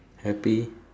happy